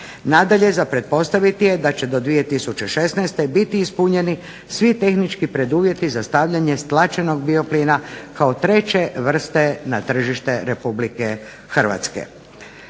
Nadalje, za pretpostaviti je da će do 2016. biti ispunjeni svi tehnički preduvjeti za stavljanje stlačenog bioplina kao treće vrste na tržište Republike Hrvatske.